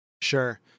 Sure